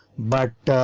but.